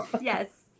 Yes